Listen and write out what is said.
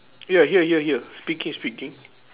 ya here here here speaking speaking